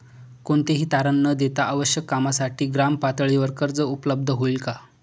कोणतेही तारण न देता आवश्यक कामासाठी ग्रामपातळीवर कर्ज उपलब्ध होईल का?